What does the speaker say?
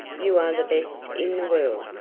you are the best in the world.